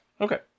Okay